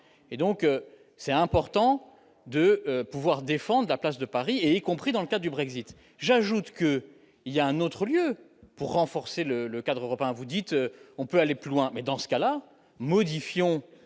et donc c'est important de pouvoir défendent la place de Paris et y compris dans le cas du Brexit j'ajoute que, il y a un autre lieu pour renforcer le le cadre européen, vous dites on peut aller plus loin, mais dans ce cas-là, modifions